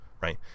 right